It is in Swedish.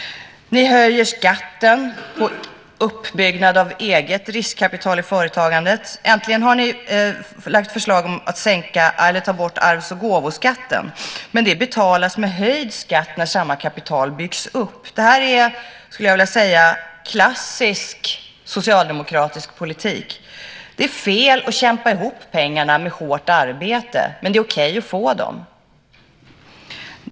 Ni höjer skatten på uppbyggnad av eget riskkapital i företagandet. Äntligen har ni lagt förslag om att ta bort arvs och gåvoskatten. Men det betalas med höjd skatt när samma kapital byggs upp. Det är klassisk socialdemokratisk politik. Det är fel att kämpa ihop pengarna med hårt arbete, men det är okej att få dem.